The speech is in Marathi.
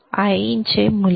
Iin चे मूल्य